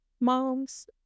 moms